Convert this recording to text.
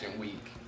Week